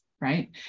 right